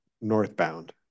northbound